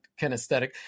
kinesthetic